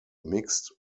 mixed